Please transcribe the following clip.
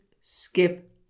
Skip